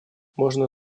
можно